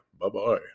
Bye-bye